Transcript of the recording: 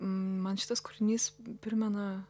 man šitas kūrinys primena